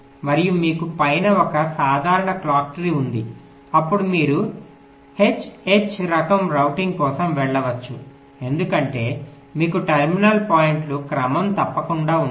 మరియు మీకు పైన ఒక సాధారణ క్లాక్ ట్రీ ఉంది అప్పుడు మీరు H H రకం రౌటింగ్ కోసం వెళ్ళవచ్చు ఎందుకంటే మీకు టెర్మినల్ పాయింట్లు క్రమం తప్పకుండా ఉంటాయి